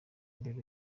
imbere